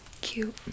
cute